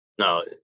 No